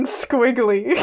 squiggly